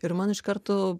ir man iš karto